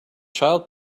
child